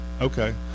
Okay